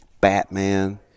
Batman